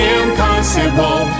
impossible